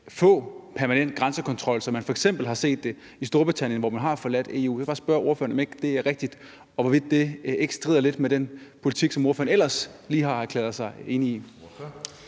få permanent grænsekontrol, som man f.eks. har set det i Storbritannien, hvor man har forladt EU. Så jeg vil bare spørge ordføreren, om ikke det er rigtigt, og hvorvidt det ikke strider lidt mod den politik, som ordføreren ellers lige har erklæret sig enig i.